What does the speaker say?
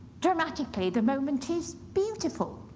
dramatically, the moment is beautiful.